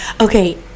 okay